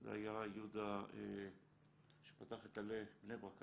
שזה היה יהודה מרמורשטיין שפתח את "עלה" בני ברק,